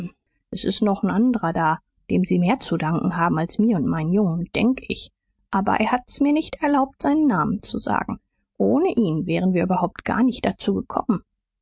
s ist noch n anderer da dem sie mehr zu danken haben als mir und meinen jungen denk ich aber er hat's mir nicht erlaubt seinen namen zu sagen ohne ihn wären wir überhaupt gar nicht dazu gekommen